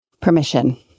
Permission